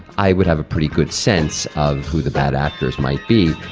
i would have a pretty good sense of who the bad actors might be.